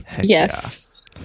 Yes